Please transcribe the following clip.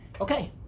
Okay